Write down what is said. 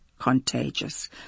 contagious